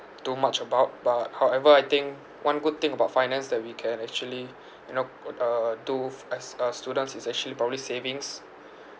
too much about but however I think one good thing about finance that we can actually you know uh do f~ as a students is actually probably savings